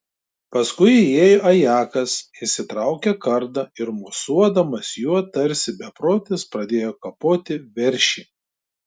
paskui įėjo ajakas išsitraukė kardą ir mosuodamas juo tarsi beprotis pradėjo kapoti veršį